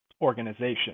organization